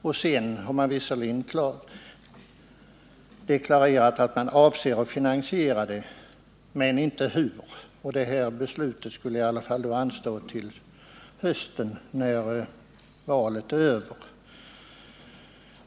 Man har visserligen deklarerat att man avser att finansiera sänkningen men inte hur. Och det beslutet skall anstå till hösten, när valet är över.